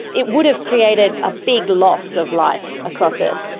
it would have created a big loss of life across earth.